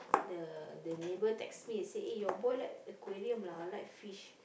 the the neighbour text me say eh your boy like aquarium lah like fish